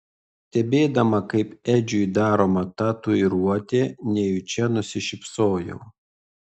stebėdama kaip edžiui daroma tatuiruotė nejučia nusišypsojau